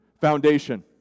foundation